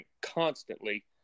constantly